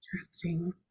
Interesting